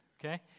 okay